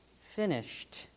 finished